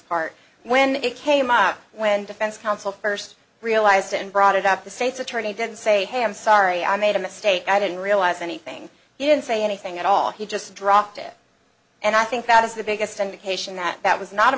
part when it came up when defense counsel first realized it and brought it up the state's attorney didn't say hey i'm sorry i made a mistake i didn't realize anything didn't say anything at all he just dropped it and i think that is the biggest indication that that was not a